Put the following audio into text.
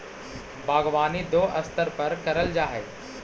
बागवानी दो स्तर पर करल जा हई